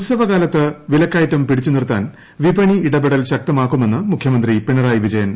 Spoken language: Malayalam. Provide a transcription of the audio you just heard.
ഉത്സവക്കാലത്ത് വിലക്കയറ്റം പിടിച്ചു നിർത്താൻ വിപണി ഇടപെടൽ ശക്തമാക്കുമെന്ന് മുഖ്യമന്ത്രി പിണറായി വിജയൻ